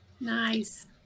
Nice